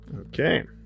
Okay